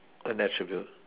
an attribute